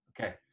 Okay